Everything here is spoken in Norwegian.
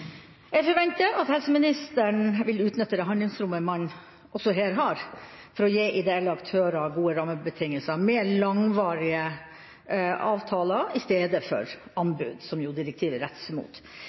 Jeg forventer at helseministeren vil utnytte det handlingsrommet man her har for også å gi ideelle aktører gode rammebetingelser med langvarige avtaler i stedet for